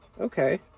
okay